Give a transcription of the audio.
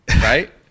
right